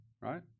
right